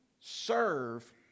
serve